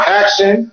action